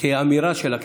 שתהיה אמירה של הכנסת.